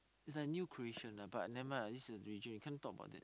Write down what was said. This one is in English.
is like new creation lah but never mind lah this is religion you can't talk about that